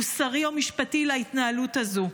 מוסרי או משפטי להתנהלות הזו.